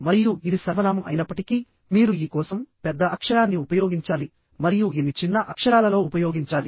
మరియు ఇది సర్వనామం అయినప్పటికీ మీరు I కోసం పెద్ద అక్షరాన్ని ఉపయోగించాలి మరియు I ని చిన్న అక్షరాలలో ఉపయోగించాలి